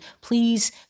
please